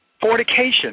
fornication